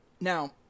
now